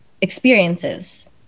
experiences